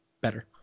better